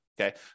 Okay